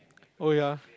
oh ya